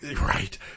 Right